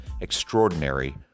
extraordinary